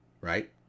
Right